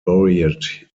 buried